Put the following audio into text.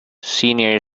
senior